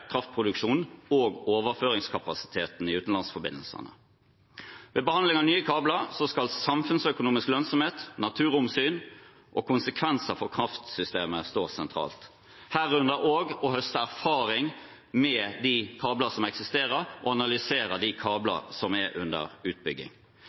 kraftproduksjonen og overføringskapasiteten i utenlandsforbindelsene. Ved behandling av nye kabler skal samfunnsøkonomisk lønnsomhet, naturhensyn og konsekvenser for kraftsystemet stå sentralt, herunder også å høste erfaring med de kablene som eksisterer, og analysere de